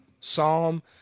Psalm